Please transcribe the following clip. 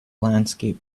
landscape